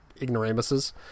ignoramuses